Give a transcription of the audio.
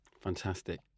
Fantastic